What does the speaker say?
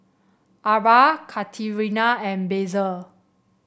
Arba Katerina and Basil